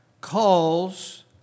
calls